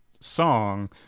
song